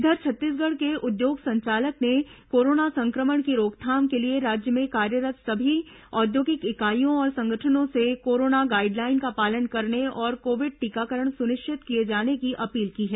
इधर छत्तीसगढ़ के उद्योग संचालक ने कोरोना संक्रमण की रोकथाम के लिए राज्य में कार्यरत् सभी औद्योगिक इकाइयों और संगठनों से कोरोना गाइडलाइन का पालन करने और कोविड टीकाकरण सुनिश्चित किए जाने की अपील की है